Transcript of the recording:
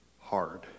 hard